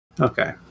Okay